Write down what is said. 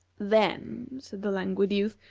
then, said the languid youth,